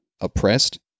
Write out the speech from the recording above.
Oppressed